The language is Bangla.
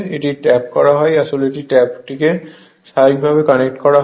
এটি ট্যাপ করা হয় যদি আসলে এই ট্যাপটিকে স্বাভাবিকভাবে কানেক্ট করা হয়